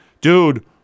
dude